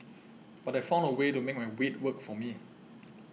but I found a way to make my weight work for me